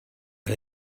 but